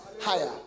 higher